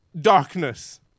darkness